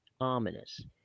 ominous